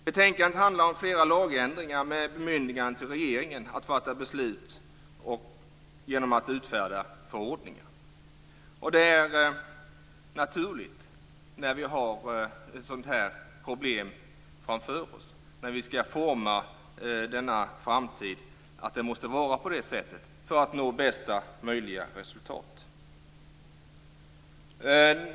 Betänkandet handlar om flera lagändringar med bemyndigande till regeringen att fatta beslut genom att utfärda förordningar. Det är naturligt när vi har ett sådant här problem framför oss, när vi skall forma denna framtid, att det måste vara på det sättet för att vi skall nå bästa möjliga resultat.